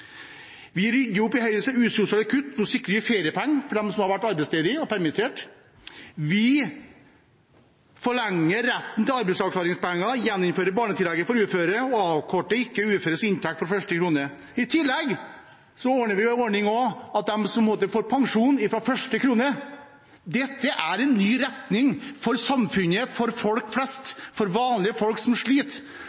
usosiale kutt. Nå sikrer vi feriepenger for de som har vært arbeidsledige og permitterte. Vi forlenger retten til arbeidsavklaringspenger, gjeninnfører barnetillegget for uføre og avkorter ikke uføres inntekt fra første krone. I tillegg ordner vi det slik at man får pensjon fra første krone. Dette er en ny retning for samfunnet, for folk flest,